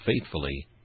faithfully